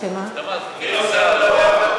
אבל אי-אפשר בלי שר.